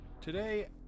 Today